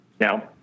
now